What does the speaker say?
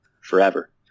forever